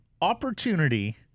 opportunity